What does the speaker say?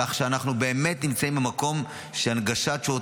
כך שאנחנו באמת נמצאים במקום שבו הנגשת